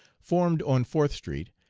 formed on fourth street,